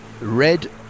red